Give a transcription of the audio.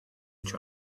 each